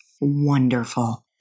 Wonderful